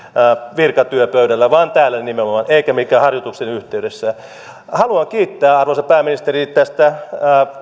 virkatyöpöydällä täällä nimenomaan eikä minkään harjoituksen yhteydessä haluan kiittää arvoisa pääministeri tästä